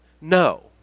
No